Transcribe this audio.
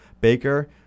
Baker